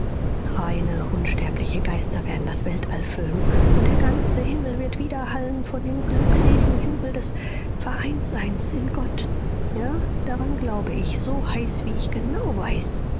reine unsterbliche geister werden das weltall füllen und der ganze himmel wird widerhallen von dem glückseligen jubel des vereintseins in gott ja daran glaube ich so heiß wie ich genau weiß